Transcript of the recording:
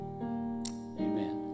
Amen